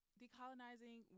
decolonizing